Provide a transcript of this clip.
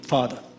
Father